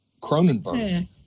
Cronenberg